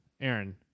Aaron